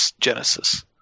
Genesis